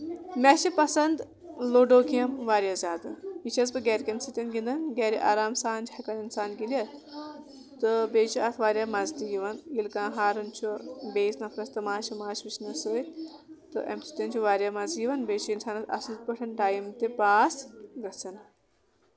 مےٚ چھِ پسنٛد لوڈو گیم واریاہ زیادٕ یہِ چھس بہٕ گرِ کٮ۪ن سۭتۍ گنٛدان گرِ آرام سان چھِ ہٮ۪کان اِنسان گندِتھ تہٕ بیٚیہِ چھُ اَتھ واریاہ مَزٕ تہِ یِوان ییٚلہِ کانٛہہ ہاران چھُ بیٚیِس نفرَس تَماش وَماش وٕچھنَس سۭتۍ تہٕ اَمہِ سۭتۍ چھُ واریاہ مَزٕ یِوان بیٚیہِ چھُ اِنسانَس اَصٕل پٲٹھۍ ٹایم تہِ پاس گژھان